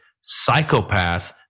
psychopath